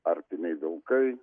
arktiniai vilkai